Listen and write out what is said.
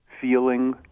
feeling